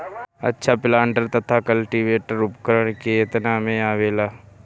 अच्छा प्लांटर तथा क्लटीवेटर उपकरण केतना में आवेला?